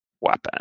weapon